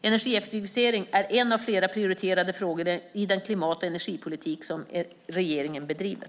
Energieffektivisering är en av flera prioriterade frågor i den klimat och energipolitik som regeringen bedriver.